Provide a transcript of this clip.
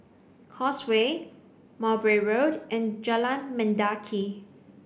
Causeway Mowbray Road and Jalan Mendaki